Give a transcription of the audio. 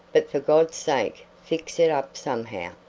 but for god's sake fix it up somehow.